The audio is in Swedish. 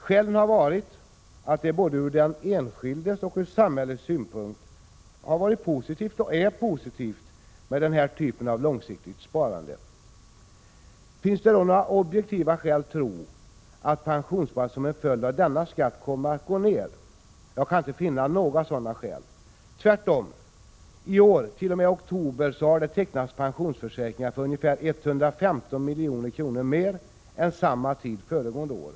Skälen har varit att det både ur den enskildes och ur samhällets synpunkt har varit och är positivt av denna typ med långsiktigt sparande. Finns det då några objektiva skäl att tro att pensionssparandet som en följd av denna skatt kommer att gå ned? Jag kan inte finna några sådana skäl. Tvärtom — t.o.m. oktober i år har det tecknats pensionsförsäkringar för ungefär 115 milj.kr. mer än under samma tid föregående år.